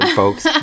folks